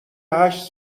هشت